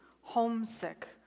homesick